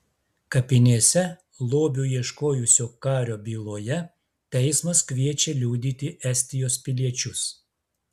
kapinėse lobių ieškojusio kario byloje teismas kviečia liudyti estijos piliečius